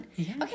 Okay